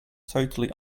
totally